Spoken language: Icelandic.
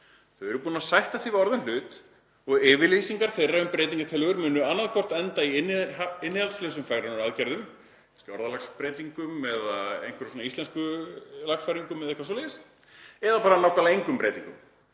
Þau eru búin að sætta sig við orðinn hlut og yfirlýsingar þeirra um breytingartillögur munu annaðhvort enda í innihaldslausum fegrunaraðgerðum, kannski orðalagsbreytingum eða einhverjum íslenskulagfæringum, einhverju svoleiðis, eða bara nákvæmlega engum breytingum.